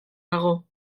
dago